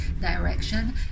direction